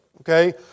Okay